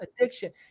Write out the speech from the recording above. addiction